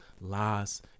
lies